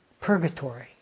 purgatory